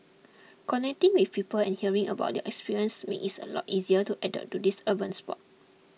connecting with people and hearing about their experience makes its a lot easier to adapt to this urban sport